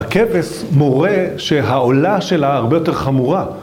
הכבש מורה שהעולה שלה הרבה יותר חמורה.